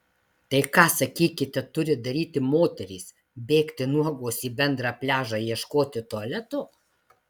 tai ką sakykite turi daryti moterys bėgti nuogos į bendrą pliažą ieškoti tualeto